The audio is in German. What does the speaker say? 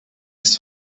ist